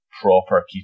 proper